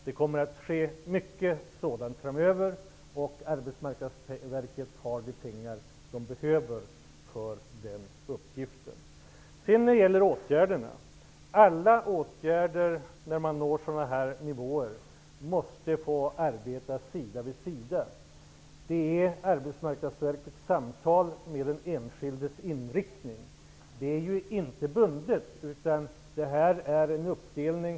Det kommer att ske mycket av den typen framöver. Arbetsmarknadsverket har de pengar som behövs för den uppgiften. Alla åtgärder på sådana här nivåer måste få arbeta sida vid sida. Arbetsmarknadsverket för samtal om de enskilda åtgärdernas inriktning, men resurserna är inte bundna. Det har gjorts en uppdelning.